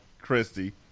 Christy